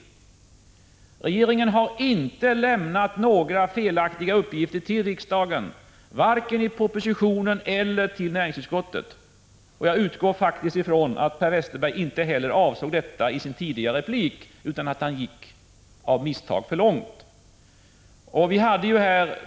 Regeringen har inte lämnat några felaktiga uppgifter till riksdagen, varken i propositionen eller till näringsutskottet. Jag utgår från att Per Westerberg inte heller avsåg att säga detta i sin replik utan helt enkelt av misstag gick för långt.